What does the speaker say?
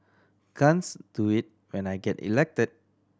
can't do it when I get elected